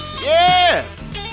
Yes